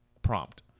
prompt